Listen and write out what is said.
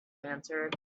answered